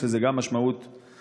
יש לזה גם משמעות בין-לאומית.